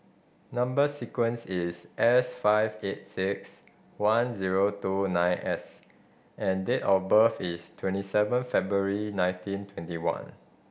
number sequence is S five eight six one zero two nine S and date of birth is twenty seven February nineteen twenty one